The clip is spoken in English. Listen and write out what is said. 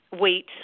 wheat